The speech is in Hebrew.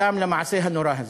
אותם למעשה הנורא הזה.